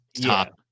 top